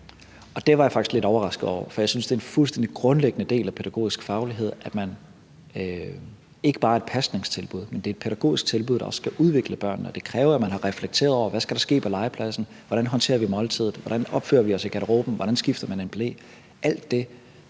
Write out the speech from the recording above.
at det er en fuldstændig grundlæggende del af pædagogisk faglighed, at man ikke bare er et pasningstilbud, men et pædagogisk tilbud, der skal udvikle børnene. Og det kræver, at man har reflekteret over: Hvad skal der ske på legepladsen, hvordan håndterer vi måltidet, hvordan opfører vi os i garderoben, hvordan skifter man en ble?